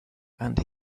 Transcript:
and